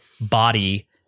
body